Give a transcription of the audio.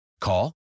Call